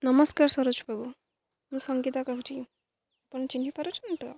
ନମସ୍କାର ସରୋଜ ବାବୁ ମୁଁ ସଙ୍ଗୀତା କହୁଛିି ଆପଣ ଚିହ୍ନି ପାରୁଛନ୍ତି ତ